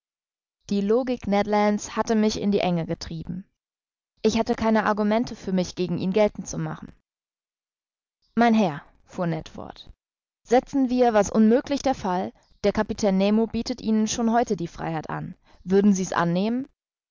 die logik ned lands hatte mich in die enge getrieben ich hatte keine argumente für mich gegen ihn geltend zu machen mein herr fuhr ned fort setzen wir was unmöglich der fall der kapitän nemo bietet ihnen schon heute die freiheit an würden sie's annehmen